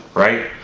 right?